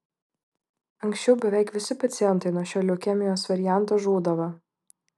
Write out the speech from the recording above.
anksčiau beveik visi pacientai nuo šio leukemijos varianto žūdavo